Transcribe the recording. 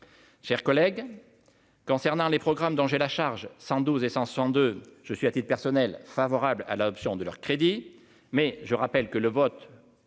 chers collègues, concernant les programmes dont j'ai la charge 112 et 162 je suis assez de personnel, favorable à l'option de leur crédit, mais je rappelle que le vote